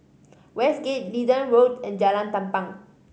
Westgate Leedon Road and Jalan Tampang